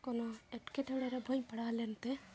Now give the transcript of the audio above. ᱠᱳᱱᱳ ᱮᱴᱠᱮᱴᱚᱬᱮ ᱨᱮ ᱵᱟᱹᱧ ᱯᱟᱲᱦᱟᱣ ᱞᱮᱱᱛᱮ